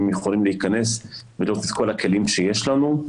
יכולים להכנס ולראות את כל הכלים שיש לנו.